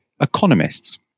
economists